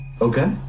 Okay